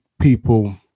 people